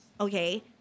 Okay